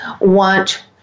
want